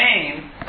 name